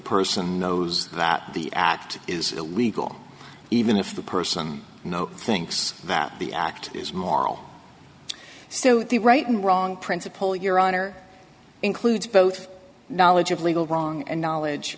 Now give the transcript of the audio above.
person knows that the act is illegal even if the person no thinks that the act is moral so the right and wrong principle your honor includes both knowledge of legal wrong and knowledge